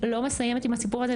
לא מסיימת עם הסיפור הזה,